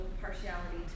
partiality